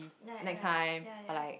net right ya ya